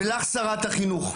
שרת החינוך,